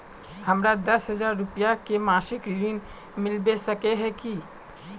हमरा दस हजार रुपया के मासिक ऋण मिलबे सके है की?